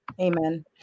Amen